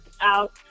out